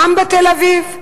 גם בתל-אביב,